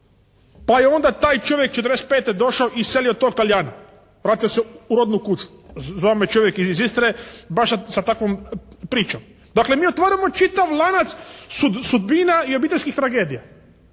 pa je onda taj čovjek 45. došao i iselio tog Talijana, vratio se u rodnu kuću. Zvao me čovjek iz Istre baš sa takvom pričom. Dakle mi otvaramo čitav lanac sudbina i obiteljskih tragedija.